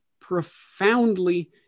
profoundly